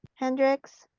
hendricks,